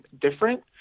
different